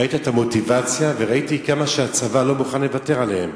ראיתי את המוטיבציה וראיתי כמה הצבא לא מוכן לוותר עליהם.